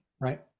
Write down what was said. right